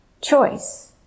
choice